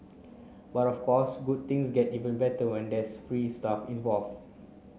but of course good things get even better when there's free stuff involved